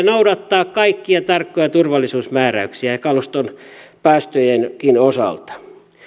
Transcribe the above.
noudattaa kaikkia tarkkoja turvallisuusmääräyksiä kaluston päästöjenkin osalta